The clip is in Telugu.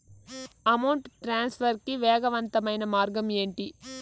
అమౌంట్ ట్రాన్స్ఫర్ కి వేగవంతమైన మార్గం ఏంటి